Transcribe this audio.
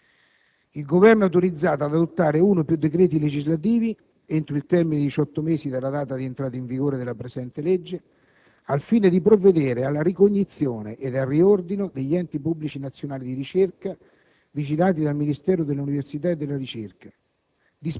il Governo è autorizzato ad adottare uno o più decreti legislativi, entro il termine di diciotto mesi dalla data di entrata in vigore della presente legge, al fine di provvedere alla ricognizione ed al riordino degli enti pubblici nazionali di ricerca, vigilati dal Ministero dell'università e della ricerca,